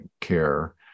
care